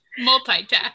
multitask